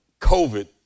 COVID